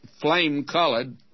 flame-colored